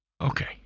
Okay